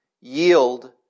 yield